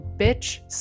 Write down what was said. bitch